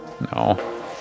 no